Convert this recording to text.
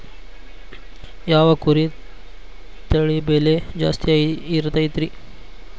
ಯಾವ ಕುರಿ ತಳಿ ಬೆಲೆ ಜಾಸ್ತಿ ಇರತೈತ್ರಿ?